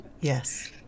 yes